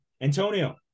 Antonio